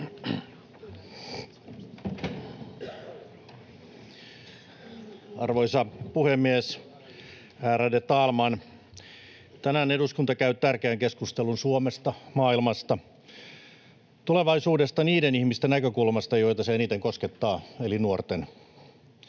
Arvoisa puhemies, ärade talman! Tänään eduskunta käy tärkeän keskustelun Suomesta, maailmasta, tulevaisuudesta niiden ihmisen näkökulmasta, jota se eniten koskettaa, eli nuorten.